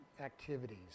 activities